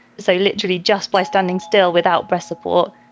so literally, just by standing still without breast support,